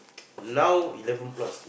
now eleven plus